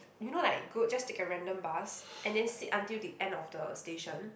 you know like go just take a random bus and then sit until the end of the station